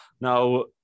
now